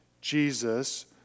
Jesus